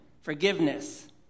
forgiveness